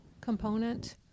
component